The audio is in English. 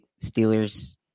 Steelers